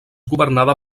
governada